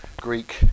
Greek